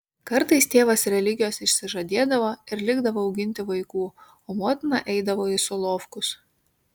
kartais tėvas religijos išsižadėdavo ir likdavo auginti vaikų o motina eidavo į solovkus